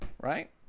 right